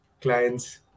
clients